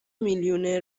میلیونر